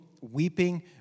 weeping